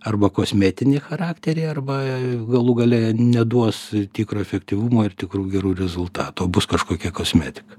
arba kosmetinį charakterį arba galų gale neduos tikro efektyvumo ir tikrų gerų rezultatų o bus kažkokia kosmetika